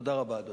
תודה רבה.